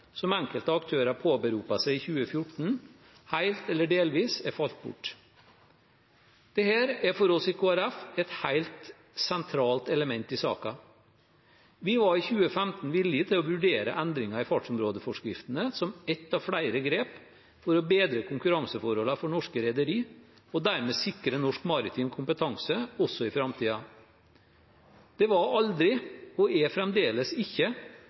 som enkelte aktører påberopte seg i 2014, helt eller delvis er falt bort. Dette er for oss i Kristelig Folkeparti et helt sentralt element i saken. Vi var i 2015 villige til å vurdere endringer i fartsområdeforskriften som ett av flere grep for å bedre konkurranseforholdene for norske rederi og dermed sikre norsk maritim kompetanse også i framtiden. Det var aldri – og er fremdeles ikke